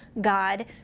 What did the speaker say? God